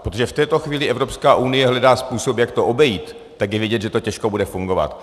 Protože v této chvíli Evropská unie hledá způsob, jak to obejít, tak je vidět, že to těžko bude fungovat.